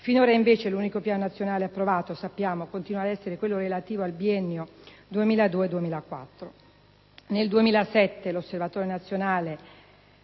Finora invece l'unico Piano nazionale approvato continua ad essere quello relativo al biennio 2002-2004. Nel 2007 l'Osservatorio nazionale